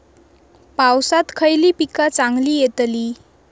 पावसात खयली पीका चांगली येतली?